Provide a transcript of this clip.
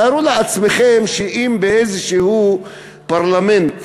תארו לעצמכם שאם באיזשהו פרלמנט באירופה,